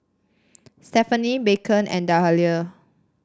Stephenie Beckham and Dahlia